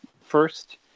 first